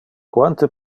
quante